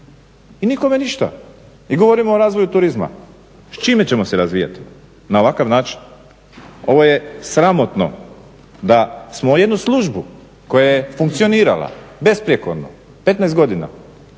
i nikome ništa. I govorimo o razvoju turizma, s čime ćemo se razvijati na ovakav način? Ovo je sramotno da smo jednu službu koja je funkcionirala besprijekorno 15 godina